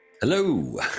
Hello